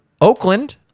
Oakland